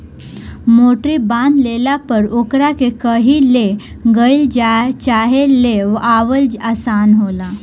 मोटरी बांध लेला पर ओकरा के कही ले गईल चाहे ले आवल आसान होला